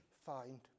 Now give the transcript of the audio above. find